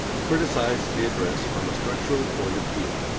criticise the address from a structural point of view.